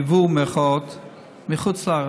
יבוא מחוץ לארץ,